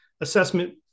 assessment